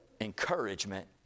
encouragement